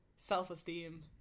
Self-esteem